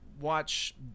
watch